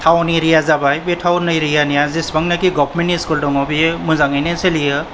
थाउन area जाबाय बे town एरियानिया जिसिबां नाकि गवार्नमेन्टनि स्कूल दङ बियो मोजाङैनो सोलियो